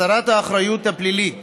הסרת האחריות הפלילית